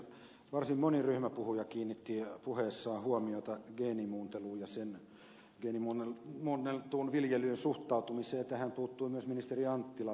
varsin moni ryhmäpuhuja kiinnitti puheessaan huomiota geenimuunteluun ja geenimuunneltuun viljelyyn suhtautumiseen ja tähän puuttui myös ministeri anttila vastauksessaan